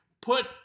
Put